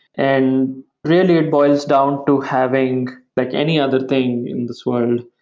and really, it boils down to having like any other thing in this world,